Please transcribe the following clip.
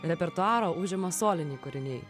repertuaro užima soliniai kūriniai